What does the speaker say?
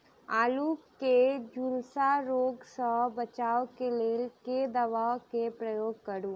आलु केँ झुलसा रोग सऽ बचाब केँ लेल केँ दवा केँ प्रयोग करू?